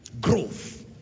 growth